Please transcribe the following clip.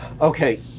Okay